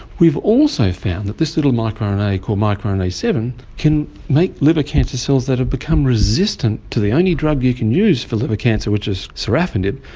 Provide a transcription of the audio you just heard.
we've also found that this little micro-rna called microrna seven can make liver cancer cells that have become resistant to the only drug you can use for liver cancer, which is sorafenib,